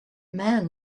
man